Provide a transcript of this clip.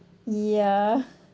ya